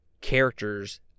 characters